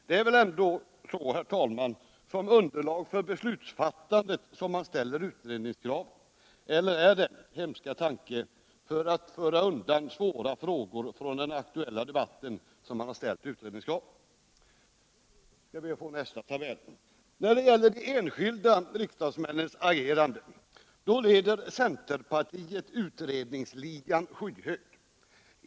Det är väl ändå, herr talman, för att få underlag för beslutsfattandet som man ställer utredningskraven? Eller har man — hemska tanke -— gjort det för att föra undan svåra frågor från den aktuella debatten? När det gäller de enskilda riksdagsmännens agerande leder centerpartiet utredningsligan skyhögt.